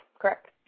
correct